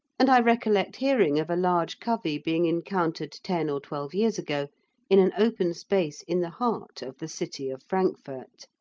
and i recollect hearing of a large covey being encountered ten or twelve years ago in an open space in the heart of the city of frankfort.